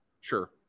Sure